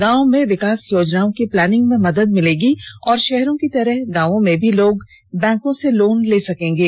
गांव में विकास योजनाओं की प्लानिंग में मदद मिलेगी और शहरों की तरह गांवों में भी लोग बैंकों से लोन ले सकेंगे